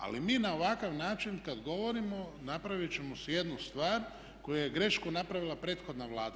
Ali mi na ovakav način kada govorimo napraviti ćemo si jednu stvar koju je grešku napravila prethodna Vlada.